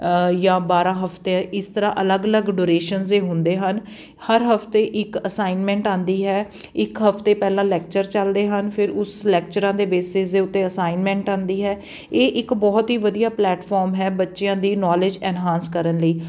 ਜਾਂ ਬਾਰਾਂ ਹਫਤਿਆਂ ਇਸ ਤਰ੍ਹਾਂ ਅਲੱਗ ਅਲੱਗ ਡੋਰੇਸ਼ਨ ਦੇ ਹੁੰਦੇ ਹਨ ਹਰ ਹਫਤੇ ਇੱਕ ਅਸਾਈਨਮੈਂਟ ਆਉਂਦੀ ਹੈ ਇੱਕ ਹਫਤੇ ਪਹਿਲਾਂ ਲੈਕਚਰ ਚਲਦੇ ਹਨ ਫਿਰ ਉਸ ਲੈਕਚਰਾਂ ਦੇ ਬੇਸਿਸ ਦੇ ਉੱਤੇ ਅਸਾਈਨਮੈਂਟ ਆਉਂਦੀ ਹੈ ਇਹ ਇੱਕ ਬਹੁਤ ਹੀ ਵਧੀਆ ਪਲੈਟਫੋਮ ਹੈ ਬੱਚਿਆਂ ਦੀ ਨੌਲੇਜ ਐਨਹਾਂਸ ਕਰਨ ਲਈ